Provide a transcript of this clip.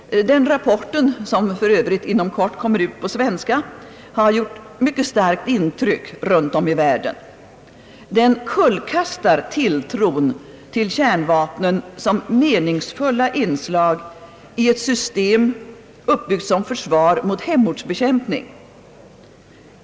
Den rapporten, som för övrigt inom kort utkommer på svenska, har gjort mycket starkt intryck runt om i världen. Den kullkastar tilltron till kärnvapnen som meningsfulla inslag i ett system uppbyggt som försvar mot hemortsbekämpning.